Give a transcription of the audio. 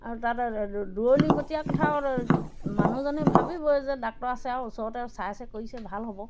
আৰু তাত দূৰণিবতীয়া কথা মানুহজনে ভাবিবই যে ডাক্টৰ আছে আৰু ওচৰতে চাই আছে কৰিছে ভাল হ'ব